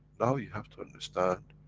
now you have to understand,